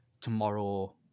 tomorrow